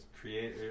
create